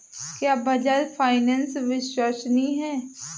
क्या बजाज फाइनेंस विश्वसनीय है?